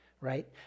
right